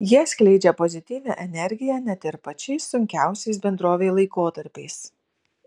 jie skleidžia pozityvią energiją net ir pačiais sunkiausiais bendrovei laikotarpiais